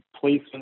placement